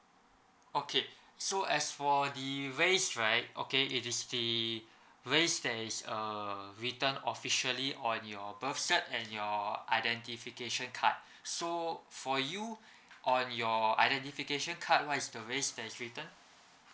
okay so as for the race right okay it is the race that is uh written officially on your birth cert and your identification card so for you on your identification card what is the race that's written